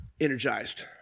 energized